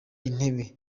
intebe